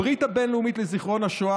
הברית הבין-לאומית לזיכרון השואה,